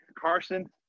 Carson